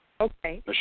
Okay